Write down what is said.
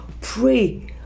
pray